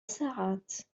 ساعات